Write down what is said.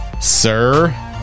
sir